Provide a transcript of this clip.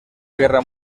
guerra